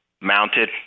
mounted